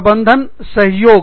प्रबंधन सहयोग